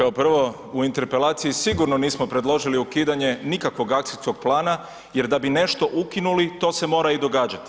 Kao prvo u interpelaciji sigurno nismo predložili ukidanje nikakvog akcijskog plana jer da bi nešto ukinuli to se mora i događati.